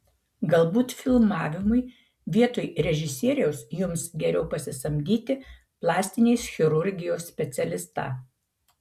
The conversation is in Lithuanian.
galbūt filmavimui vietoj režisieriaus jums geriau pasisamdyti plastinės chirurgijos specialistą